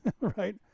right